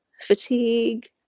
fatigue